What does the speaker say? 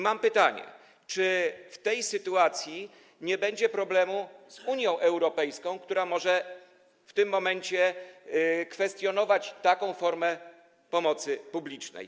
Mam pytanie: Czy w tej sytuacji nie będzie problemu z Unią Europejską, która w tym momencie może kwestionować taką formę pomocy publicznej?